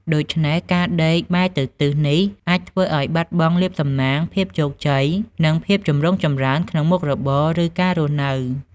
ដូច្នេះ ការដេកបែរទៅទិសនេះអាចធ្វើឱ្យបាត់បង់លាភសំណាង ភាពជោគជ័យ និងភាពចម្រុងចម្រើនក្នុងមុខរបរ ឬការរស់នៅ។